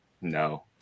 No